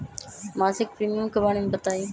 मासिक प्रीमियम के बारे मे बताई?